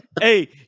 Hey